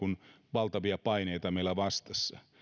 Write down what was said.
valtavia paineita meillä vastassa